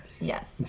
Yes